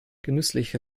genüsslich